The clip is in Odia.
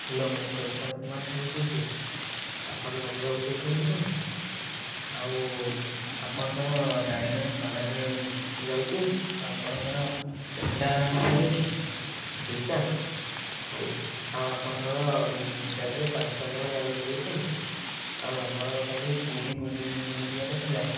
ହାଲୋ ମୁଁ ପ୍ରତାପ କୁମାର ସାହୁ କହୁଛି ଆପଣ ରଘୁ ବାବୁ କହୁଛନ୍ତି ତ ଆଉ ଆପଣଙ୍କର ଗାଡ଼ି କାଳେ ଭଡ଼ାରେ ଯାଉଛି ଆପଣଙ୍କର କେତେଟା ଗାଡ଼ି ଅଛି ଦୁଇଟା ହଉ ଆଉ ଆପଣଙ୍କର ଗାଡ଼ିରେ ପାଞ୍ଚ ଛଅ ଜଣ ଜାଗା ଧରିବ ତ ଆଉ ଆମର କାଲି ପୁରୀ ବୁଲି ବୁଲିଯିବାର ଥିଲା